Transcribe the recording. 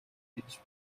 гэж